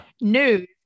news